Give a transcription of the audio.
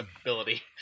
ability